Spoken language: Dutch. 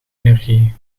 energie